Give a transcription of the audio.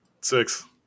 six